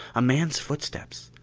a man's footsteps.